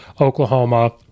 Oklahoma